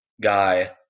guy